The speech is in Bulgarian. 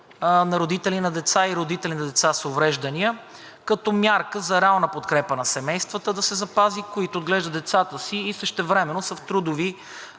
родители на деца и родителите на деца с увреждания като мярка за реална подкрепа на семействата, които отглеждат децата си и същевременно са в трудови